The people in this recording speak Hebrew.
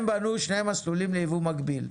הם בנו שני מסלולים ליבוא מקביל.